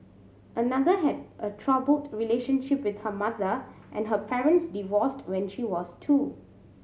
another had a troubled relationship with her mother and her parents divorced when she was two